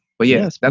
but yes, but